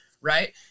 right